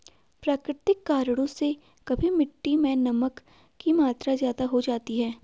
प्राकृतिक कारणों से कभी मिट्टी मैं नमक की मात्रा ज्यादा हो जाती है